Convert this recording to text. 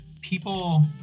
people